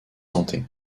santé